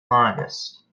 longest